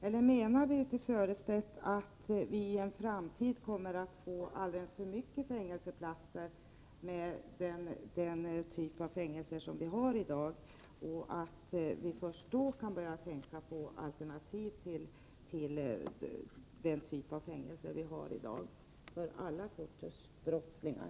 Eller menar Birthe Sörestedt att vi i en framtid kommer att få alldeles för gott om platser i den typ av fängelser som vi har i dag och att vi först då kan börja tänka på alternativ till den typen av fängelser för alla sorters brottslingar?